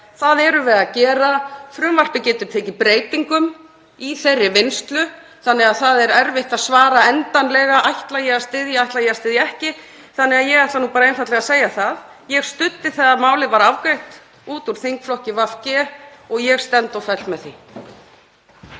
Það erum við að gera. Frumvarpið getur tekið breytingum í þeirri vinnslu þannig að það er erfitt að svara endanlega: Ætla ég að styðja það eða ætla ég ekki að styðja það, þannig að ég ætla nú einfaldlega að segja: Ég studdi það að málið var afgreitt út úr þingflokki VG og ég stend og fell með því.